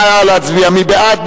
נא להצביע, מי בעד?